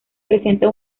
presenta